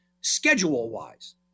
schedule-wise